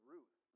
Ruth